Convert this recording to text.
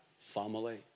family